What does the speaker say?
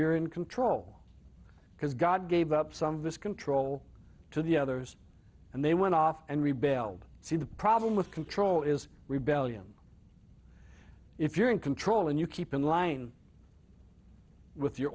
you're in control because god gave up some of his control to the others and they went off and rebelled see the problem with control is rebellion if you're in control and you keep in line with your